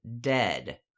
dead